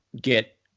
get